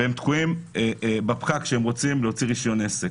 והם תקועים בפקק כשהם רוצים להוציא רישיון עסק.